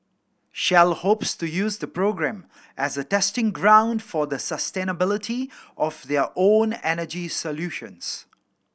shell hopes to use the program as a testing ground for the sustainability of their own energy solutions